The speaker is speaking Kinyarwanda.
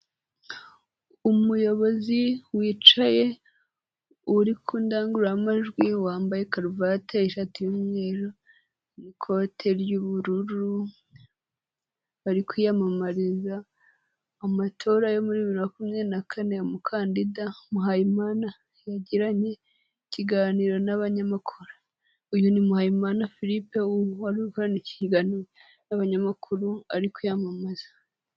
Umuyobozi wicaye uri ku ndangururamajwi wambaye karuvate ishati y'umweru n'ikote ry'ubururu, bari kwiyamamariza amatora yo muri bibiri na makumyabiri na kane. Umukandida Muhayimana yagiranye ikiganiro n'abanyamakuru, uyu ni Muhayimana Philippe wari uri gukorana ikiganiro n'abanyamakuru ari kwiyamamaza.